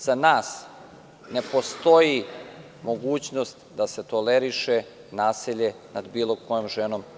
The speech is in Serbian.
Za nas ne postoji mogućnost da se toleriše nasilje nad bilo kojom ženom.